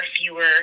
fewer